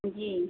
जी